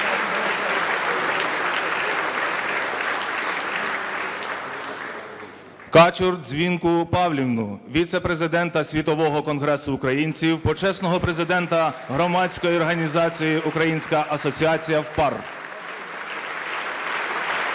Качур Дзвінку Павлівну, віцепрезидента Світового Конгресу Українців, почесного президента громадської організації "Українська асоціація в ПАР" (Оплески)